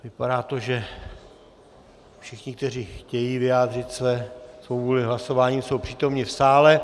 Vypadá to, že všichni, kteří chtějí vyjádřit svou vůli hlasováním, jsou přítomni v sále.